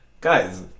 guys